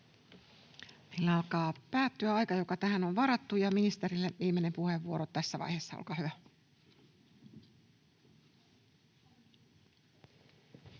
Meillä alkaa päättyä aika, joka tähän on varattu. Ministerille viimeinen puheenvuoro tässä vaiheessa. — Olkaa hyvä.